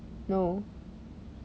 no